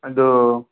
ಇದು